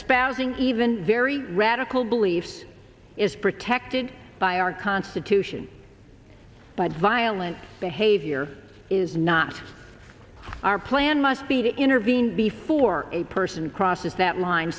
spouse in even very radical beliefs is protected by our constitution but violent behavior is not our plan must be to intervene before a person crosses that line